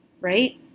right